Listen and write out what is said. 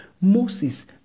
Moses